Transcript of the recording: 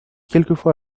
quelquefois